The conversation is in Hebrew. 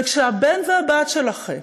וכשהבן והבת שלכם